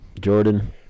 Jordan